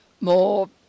more